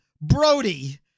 Brody